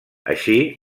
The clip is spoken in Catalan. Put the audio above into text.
així